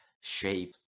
shape